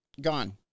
Gone